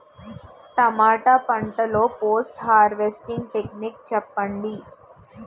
టమాటా పంట లొ post harvesting techniques చెప్పండి?